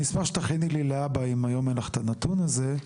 אני אשמח שתכיני לי להבא אם היום אין לך את הנתון הזה,